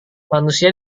manusia